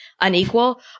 unequal